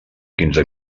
quinze